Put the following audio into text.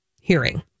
hearing